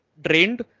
drained